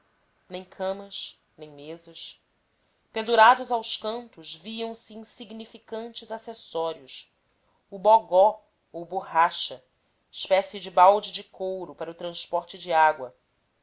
nem camas nem mesas pendurados aos cantos viam-se insignificantes acessórios o bogó ou borracha espécie de balde de couro para o transporte de água